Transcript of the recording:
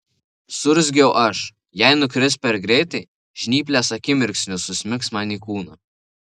suurzgiau aš jei nukris per greitai žnyplės akimirksniu susmigs man į kūną